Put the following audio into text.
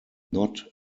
not